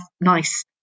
nice